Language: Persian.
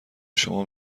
شما